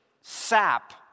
sap